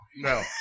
no